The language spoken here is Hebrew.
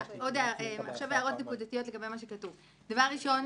עכשיו הערות נקודתיות לגבי מה שכתוב: דבר ראשון,